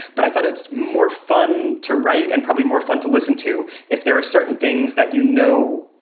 but i thought it's more fun to write and probably more fun to listen to. if there are certain things that, you know,